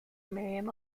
miriam